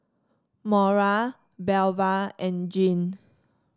Mora Belva and Jeane